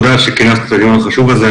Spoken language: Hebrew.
על כינוס הדיון החשוב הזה.